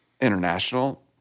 international